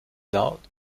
laut